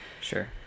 Sure